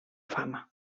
fama